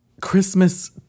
Christmas